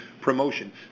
promotion